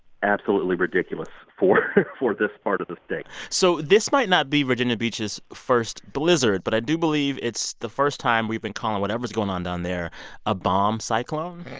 absolutely ridiculous for for this part of the state so this might not be virginia beach's first blizzard. but i do believe it's the first time we've been calling whatever's going on down there a bomb cyclone.